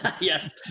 yes